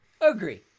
Agree